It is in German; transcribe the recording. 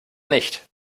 nicht